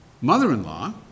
mother-in-law